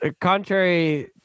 contrary